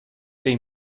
they